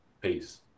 Peace